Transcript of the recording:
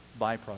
byproduct